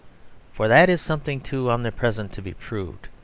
for that is something too omnipresent to be proved,